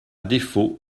défaut